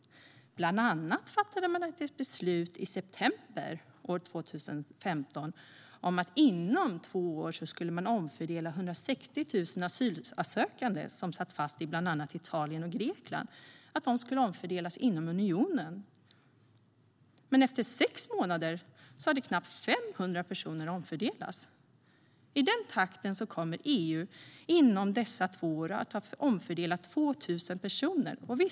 Bland annat fattade man i september 2015 beslut om att man inom två år skulle omfördela 160 000 asylsökande som satt fast i bland annat Italien och Grekland. De skulle omfördelas inom unionen. Efter sex månader hade knappt 500 personer omfördelats. Med den takten kommer EU att ha omfördelat 2 000 personer inom dessa två år.